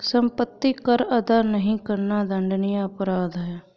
सम्पत्ति कर अदा नहीं करना दण्डनीय अपराध है